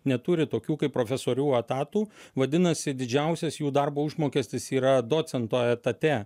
neturi tokių kaip profesorių etatų vadinasi didžiausias jų darbo užmokestis yra docento etate